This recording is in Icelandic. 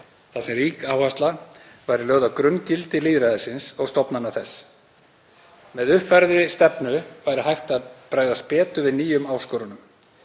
þar sem rík áhersla væri lögð á grunngildi lýðræðisins og stofnana þess. Með uppfærðri stefnu væri hægt að bregðast betur við nýjum áskorunum,